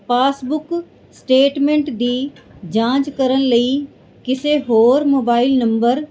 passbook statement ਦੀ ਜਾਂਚ ਕਰਨ ਲਈ ਕਿਸੇ ਹੋਰ ਮੋਬਾਇਲ ਨੰਬਰ